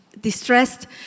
distressed